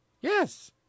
Yes